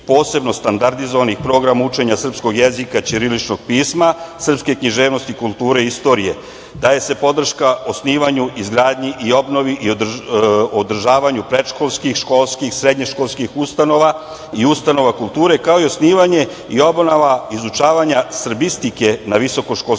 posebno standardizovanih programa učenja srpskog jezika ćiriličnog pisma, srpske književnosti kulture i istorije, daje se podrška osnivanju i izgradnji i obnovi i održavanju predškolskih i školskih srednješkolskih ustanova i ustanova kultura, kao i osnivanje obnova izučavanja srbistike na visoko školskim ustanovama